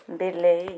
ବିଲେଇ